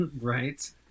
Right